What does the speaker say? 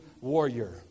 warrior